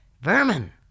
Vermin